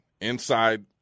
inside